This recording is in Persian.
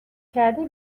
کردی